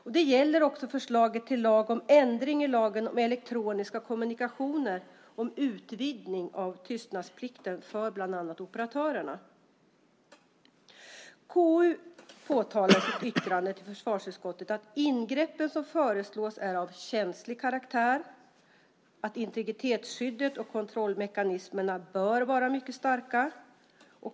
Detta gäller också förslaget till lag om ändring i lagen om elektronisk kommunikation och utvidgning av tystnadsplikten för bland annat operatörerna. KU påtalar i sitt yttrande till försvarsutskottet att ingreppen som föreslås är av känslig karaktär och att integritetsskyddet och kontrollmekanismerna bör vara mycket starka.